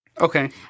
okay